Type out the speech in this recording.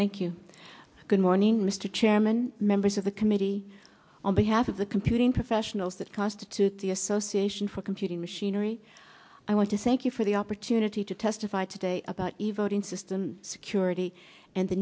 you good morning mr chairman members of the committee on behalf of the computing professionals that constitute the association for computing machinery i want to thank you for the opportunity to testify today about evolving system security and the